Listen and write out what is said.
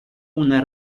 una